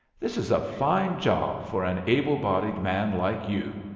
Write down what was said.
this is a fine job for an able-bodied man like you!